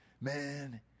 man